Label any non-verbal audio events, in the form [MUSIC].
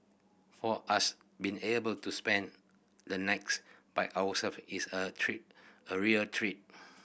for us being able to spend the [UNINTELLIGIBLE] by ourselves is a treat a real treat